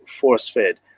force-fed